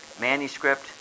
Manuscript